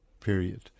period